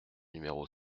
numéro